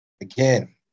Again